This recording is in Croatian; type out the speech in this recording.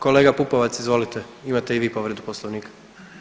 Kolega Pupovac izvolite, imate i vi povredu Poslovnika.